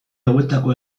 hauetako